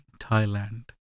Thailand